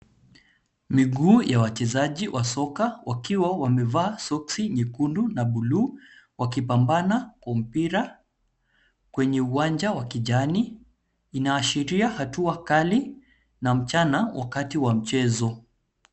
Miguu ya wachezaji wa soka wakiwa wamevaa soksi nyekundu na buluu wakipambana kwa mpira, kwenye uwanja wa kijani. Inaashiria hatua kali na mchana wakati wa mchezo.